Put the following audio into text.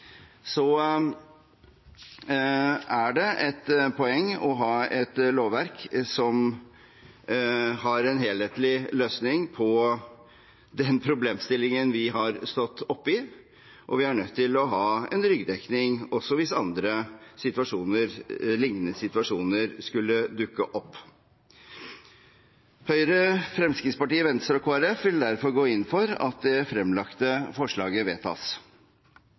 er det et poeng å ha et lovverk som har en helhetlig løsning på den problemstillingen vi har stått oppe i, og vi er nødt til å ha ryggdekning også hvis lignende situasjoner skulle dukke opp. Høyre, Fremskrittspartiet, Venstre og Kristelig Folkeparti vil derfor gå inn for at det fremlagte forslaget vedtas.